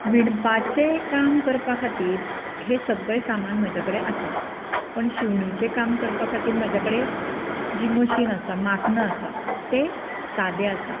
विणपाचें काम करपा खातीर हें सगळें सामन म्हज्या कडेन आसा पूण शिवणीचें काम करपा खातीर म्हज्या कडेन जी मशीन आसा माक्न आसा तें सादे आसा